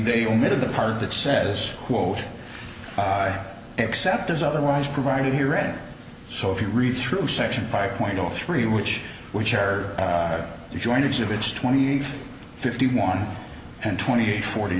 they emitted the part that says quote except as otherwise provided he read it so if you read through section five point zero three which which are the joint exhibits twenty eight fifty one and twenty eight forty